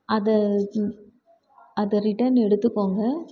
அதை அதை ரிட்டன் எடுத்துக்கோங்க